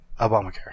Obamacare